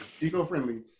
Eco-friendly